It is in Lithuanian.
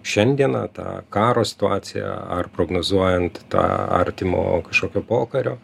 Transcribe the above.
šiandieną tą karo situaciją ar prognozuojant tą artimo kažkokio pokario